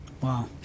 Wow